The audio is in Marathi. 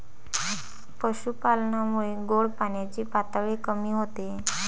पशुपालनामुळे गोड पाण्याची पातळी कमी होते